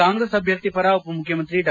ಕಾಂಗ್ರೆಸ್ ಅಭ್ವರ್ಥಿ ಪರ ಉಪಮುಖ್ಯಮಂತ್ರಿ ಡಾ